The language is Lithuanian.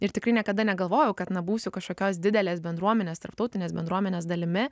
ir tikrai niekada negalvojau kad na būsiu kažkokios didelės bendruomenės tarptautinės bendruomenės dalimi